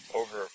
over